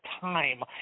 time